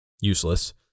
useless